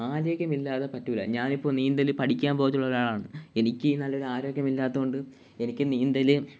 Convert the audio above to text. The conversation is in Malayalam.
ആരോഗ്യം ഇല്ലാതെ പറ്റില്ല ഞാൻ ഇപ്പോള് നീന്തല് പഠിക്കാൻ പോയിട്ടുള്ള ഒരാളാണ് എനിക്ക് നല്ലൊരു ആരോഗ്യം ഇല്ലാത്തതു കൊണ്ട് എനിക്ക് നീന്തല്